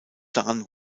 daran